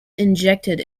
injected